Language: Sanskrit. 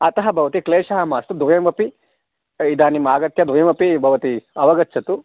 अतः भवति क्लेशः मास्तु द्वयमपि इदानीम् आगत्य द्वयमपि भवति अवगच्छतु